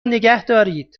نگهدارید